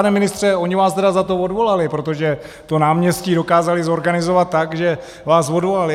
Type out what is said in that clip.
Pane ministře, oni vás teda za to odvolali, protože to náměstí dokázali zorganizovat tak, že vás odvolali.